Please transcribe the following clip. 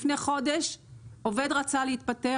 לפני חודש עובד רצה להתפטר,